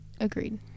agreed